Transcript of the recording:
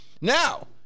Now